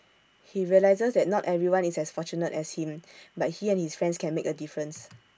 he realises that not everyone is as fortunate as him but he and his friends can make A difference